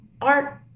art